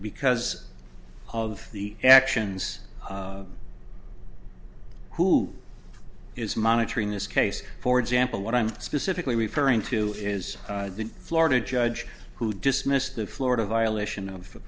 because of the actions who is monitoring this case for example what i'm specifically referring to is the florida judge who dismissed the florida violation of